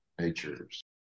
natures